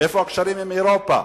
איפה הקשרים עם אירופה?